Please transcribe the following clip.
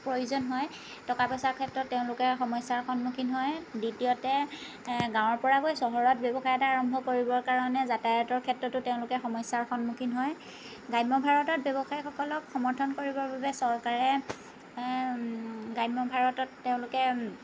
প্ৰয়োজন হয় টকা পইচাৰ ক্ষেত্ৰত তেওঁলোকে সমস্য়াৰ সন্মুখীন হয় দ্বিতীয়তে গাঁৱৰ পৰা গৈ চহৰত ব্য়ৱসায় এটা আৰম্ভ কৰিবৰ কাৰণে যাতায়তৰ ক্ষেত্ৰটো তেওঁলোকে সমস্য়াৰ সন্মুখীন হয় গ্ৰাম্য ভাৰতত ব্য়ৱসায়ীসকলক সমৰ্থন কৰিবৰ বাবে চৰকাৰে গ্ৰাম্য় ভাৰতত তেওঁলোকে